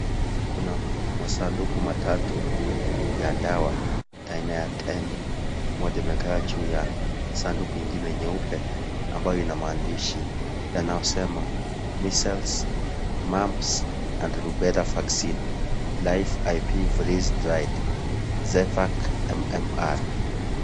Kuna masanduku matatu ya dawa aina ya tembe, moja imekaa juu ya sanduku ingine nyeupe amabayo ina maandishi yanayosema (cs)Measles, Mumps and Rubella Vaccine Live I.P Freeze Dried Zyvac MMR(cs)